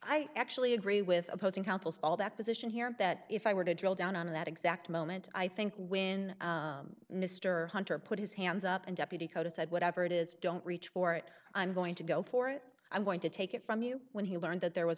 i actually agree with opposing counsel all that position here that if i were to drill down on that exact moment i think when mr hunter put his hands up and deputy kota said whatever it is don't reach for it i'm going to go for it i'm going to take it from you when he learned that there was